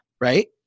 right